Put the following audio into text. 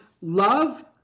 Love